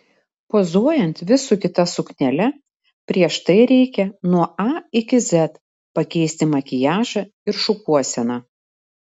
pozuojant vis su kita suknele prieš tai reikia nuo a iki z pakeisti makiažą ir šukuoseną